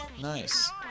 Nice